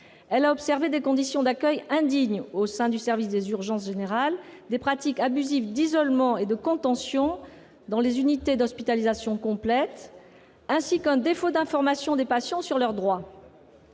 Elle a observé des conditions d'accueil indignes au sein du service des urgences générales, des pratiques abusives d'isolement et de contention dans les unités d'hospitalisation complète, ainsi qu'un défaut d'information des patients sur leurs droits.